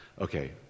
Okay